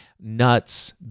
nuts